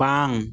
ᱵᱟᱝ